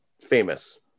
famous